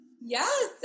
Yes